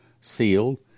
sealed